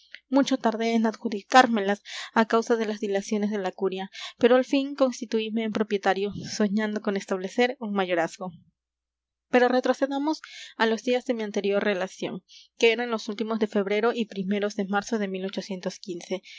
mucho tardé en adjudicármelas a causa de las dilaciones de la curia pero al fin constituime en propietario soñando con establecer un mayorazgo pero retrocedamos a los días de mi anterior relación que eran los últimos de febrero y primeros de marzo de